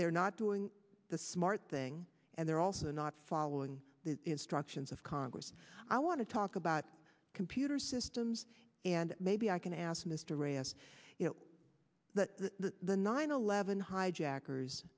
they're not doing the smart thing and they're also not following the instructions of congress i want to talk about computer systems and maybe i can ask mr reyes you know that the nine eleven hijackers